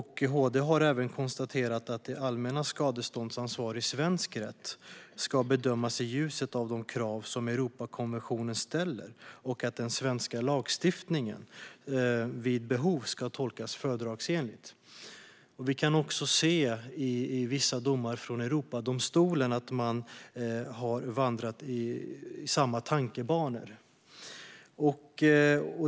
HD har även konstaterat att det allmännas skadeståndsansvar i svensk rätt ska bedömas i ljuset av de krav som Europakonventionen ställer och att den svenska lagstiftningen vid behov ska tolkas fördragsenligt. Det framgår av vissa domar från Europadomstolen att man har vandrat i samma tankebanor.